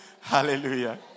Hallelujah